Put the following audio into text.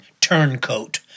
turncoat